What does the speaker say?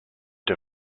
der